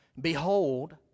Behold